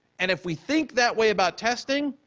and if we think that way about testing,